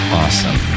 awesome